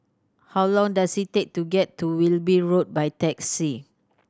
how long does it take to get to Wilby Road by taxi